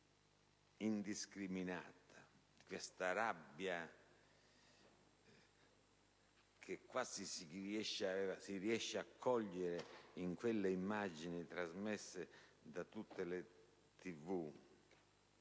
indiscriminata - questa rabbia che quasi si riesce a cogliere nelle immagini trasmesse da tutte le